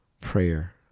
prayer